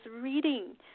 reading